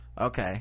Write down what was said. okay